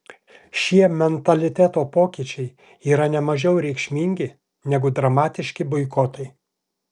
šie mentaliteto pokyčiai yra ne mažiau reikšmingi negu dramatiški boikotai